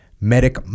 medic